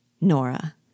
Nora